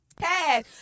Hey